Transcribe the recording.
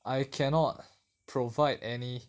I cannot provide any